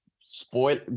spoil